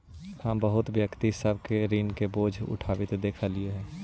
हम बहुत व्यक्ति सब के ऋण के बोझ उठाबित देखलियई हे